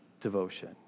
devotion